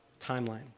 timeline